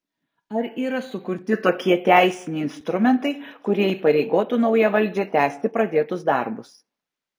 ar yra sukurti tokie teisiniai instrumentai kurie įpareigotų naują valdžią tęsti pradėtus darbus